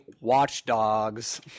Watchdogs